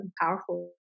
powerful